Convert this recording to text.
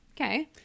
Okay